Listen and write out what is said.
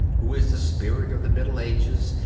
who is the spirit of the middle ages,